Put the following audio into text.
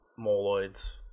Moloids